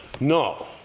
No